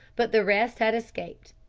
but the rest had escaped.